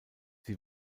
sie